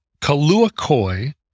Kaluakoi